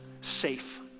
safe